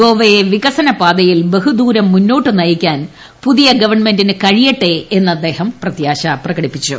ഗോവയെ വികസനപാതയിൽ ബഹുദൂരം മുന്നോട്ട് നയിക്കാൻ പുതിയ ഗവൺമെന്റിന് കഴിയട്ടെ എന്ന് പ്രധാനമന്ത്രി പ്രത്യാശിച്ചു